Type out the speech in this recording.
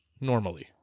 normally